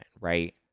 right